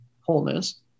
wholeness